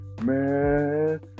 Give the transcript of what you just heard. man